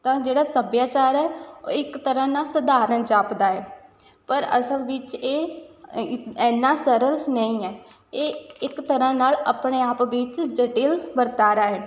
ਤਾਂ ਜਿਹੜਾ ਸੱਭਿਆਚਾਰ ਹੈ ਉਹ ਇੱਕ ਤਰ੍ਹਾਂ ਨਾਲ ਸਧਾਰਨ ਜਾਪਦਾ ਹੈ ਪਰ ਅਸਲ ਵਿੱਚ ਇਹ ਇ ਇੰਨਾਂ ਸਰਲ ਨਹੀਂ ਹੈ ਇਹ ਇੱਕ ਤਰ੍ਹਾਂ ਨਾਲ ਆਪਣੇ ਆਪ ਵਿੱਚ ਜਟਿਲ ਵਰਤਾਰਾ ਹੈ